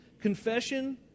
Confession